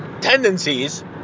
tendencies